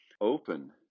open